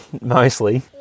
mostly